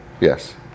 Yes